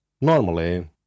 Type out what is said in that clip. Normally